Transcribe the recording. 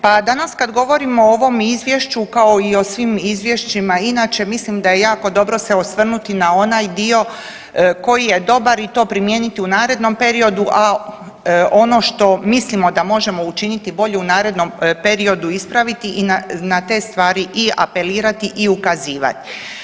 Pa danas kad govorimo o ovom Izvješću, kao i o svim izvješćima inače, mislim da je jako dobro se osvrnuti na onaj dio koji je dobar i to primijeniti u narednom periodu, a ono što mislimo da možemo učiniti bolje u narednom periodu ispraviti i na te stvari i apelirati i ukazivati.